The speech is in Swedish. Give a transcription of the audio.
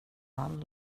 han